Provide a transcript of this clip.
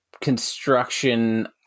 construction